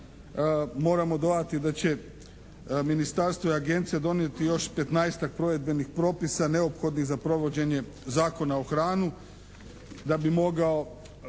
Moramo dodati da će ministarstvo i agencija donijeti još petnaestak provedbenih propisa neophodnih za provođenje Zakona o hrani da bi mogao